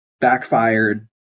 backfired